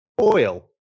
oil